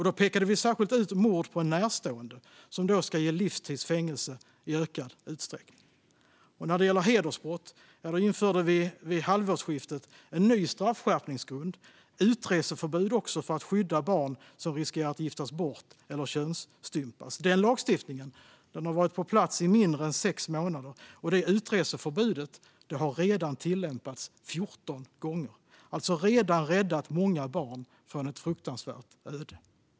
Vi pekade då särskilt ut mord på en närstående, som ska ge livstids fängelse i ökad utsträckning. När det gäller hedersbrott införde vi vid halvårsskiftet en ny straffskärpningsgrund och utreseförbud för att skydda barn som riskerar att giftas bort eller könsstympas. Den lagstiftningen har varit på plats i mindre än sex månader, och utreseförbudet har redan tillämpats 14 gånger. Det har alltså redan räddat många barn från ett fruktansvärt öde.